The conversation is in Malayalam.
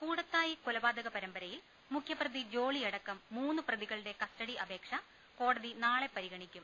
കൂടത്തായി കൊലപാതകപരമ്പരയിൽ മുഖ്യപ്രതി ജോളിയടക്കം മൂന്നു പ്രതികളുടെ കസ്റ്റഡി അപേക്ഷ കോടതി നാളെ പരിഗണിക്കും